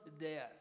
death